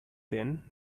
then